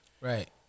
Right